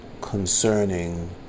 concerning